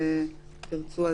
אם תרצו,